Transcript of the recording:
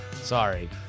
Sorry